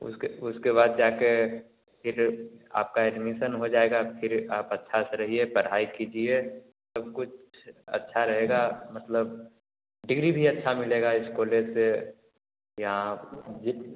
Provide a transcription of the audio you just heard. उसके उसके बाद जाकर जैसे आपका एडमिसन हो जाएगा फिर आप अच्छे से रहिए पढ़ाई कीजिए सब कुछ अच्छा रहेगा मतलब डिग्री भी अच्छी मिलेगी इस कोलेज से यहाँ जी